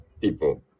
people